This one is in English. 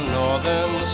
northern